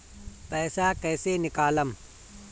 पैसा कैसे निकालम?